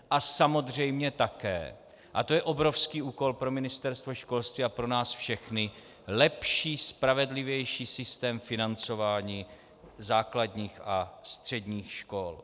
A samozřejmě také, a to je obrovský úkol pro Ministerstvo školství a pro nás všechny, lepší, spravedlivější systém financování základních a středních škol.